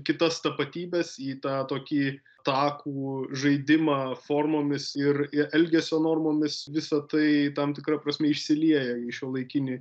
kitas tapatybes į tą tokį takų žaidimą formomis ir elgesio normomis visa tai tam tikra prasme išsilieja į šiuolaikinį